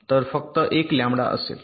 तर अंतर फक्त 1 लँबडा असेल